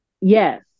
Yes